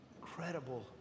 incredible